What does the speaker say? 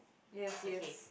yes yes